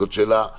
זאת שאלה אחרת.